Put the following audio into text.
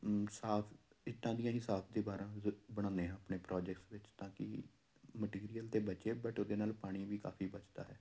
ਸਾਫ਼ ਇੱਟਾਂ ਦੀਆਂ ਹੀ ਸਾਫ਼ ਦੀਵਾਰਾਂ ਜੋ ਬਣਾਉਂਦੇ ਹਾਂ ਆਪਣੇ ਪ੍ਰੋਜੈਕਟਸ ਵਿੱਚ ਤਾਂ ਕਿ ਮਟੀਰੀਅਲ ਤਾਂ ਬਚੇ ਬਟ ਉਹਦੇ ਨਾਲ ਪਾਣੀ ਵੀ ਕਾਫ਼ੀ ਬਚਦਾ ਹੈ